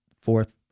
fourth